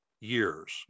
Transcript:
years